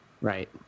right